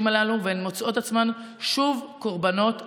הללו והן מוצאות עצמן שוב קורבנות לאלימות.